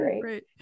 great